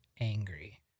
angry